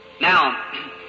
Now